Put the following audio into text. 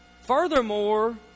Furthermore